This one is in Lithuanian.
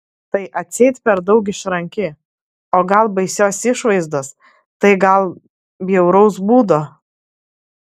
tai atseit per daug išranki tai gal baisios išvaizdos tai gal bjauraus būdo